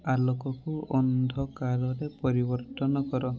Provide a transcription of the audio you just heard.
ଆଲୋକକୁ ଅନ୍ଧକାରରେ ପରିବର୍ତ୍ତନ କର